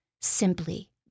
simply